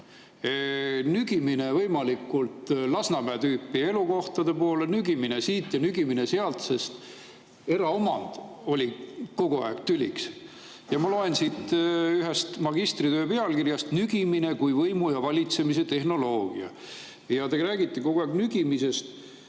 Nügimine võimalikult Lasnamäe tüüpi elukohtade poole, nügimine siit ja nügimine sealt, sest eraomand oli kogu aeg tüliks. Ühe magistritöö pealkiri on "Nügimine kui võimu ja valitsemise tehnoloogia". Ja te räägite kogu aeg nügimisest.